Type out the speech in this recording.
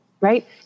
Right